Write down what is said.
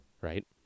Right